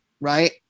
right